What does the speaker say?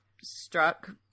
struck